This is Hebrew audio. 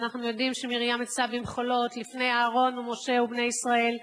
אנחנו יודעים שמרים יצאה במחולות לפני אהרן ומשה ובני ישראל,